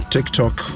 TikTok